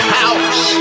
house